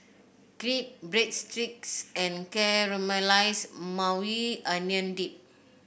Crepe Breadsticks and Caramelized Maui Onion Dip